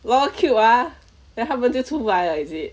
lol cute ah then 他们就出来了 is it